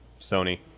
Sony